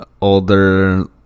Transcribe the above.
older